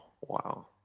Wow